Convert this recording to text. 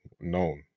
known